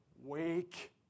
Wake